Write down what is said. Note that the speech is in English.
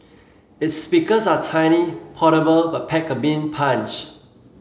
its speakers are tiny portable but pack a mean punch